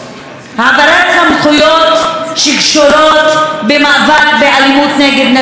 העברת סמכויות שקשורות במאבק באלימות נגד נשים,